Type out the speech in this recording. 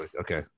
okay